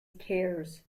tears